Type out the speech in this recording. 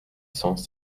cents